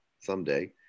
someday